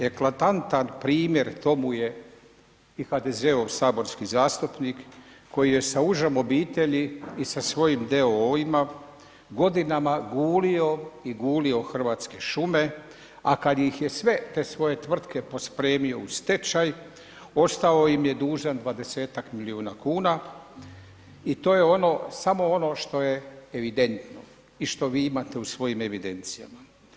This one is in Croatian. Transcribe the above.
Eklatantan primjer tomu je i HDZ-ov saborski zastupnik koji je sa užom obitelji i sa svojim d.o.o.-ima godinama gulio i gulio Hrvatske šume a kad ih je sve te svoje tvrtke pospremio u stečaj, ostao im je dužan 20-ak milijuna kuna i to je ono, samo ono što je evidentno i što vi imate u svojim evidencijama.